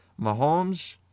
Mahomes